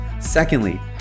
Secondly